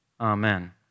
Amen